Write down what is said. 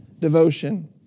devotion